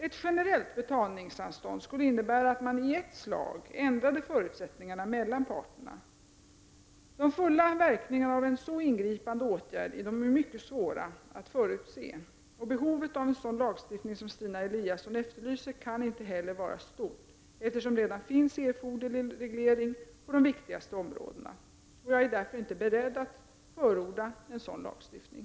Ett generellt betalningsanstånd skulle innebära att man i ett slag ändrade förutsättningarna mellan parterna. De fulla verkningarna av en så ingripande åtgärd är mycket svåra att förutse. Behovet av en sådan lagstiftning som Stina Eliasson efterlyser kan inte heller vara stort, eftersom det redan finns erforderlig reglering på de viktigaste områdena. Jag är därför inte beredd att förorda en sådan lagstiftning.